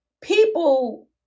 people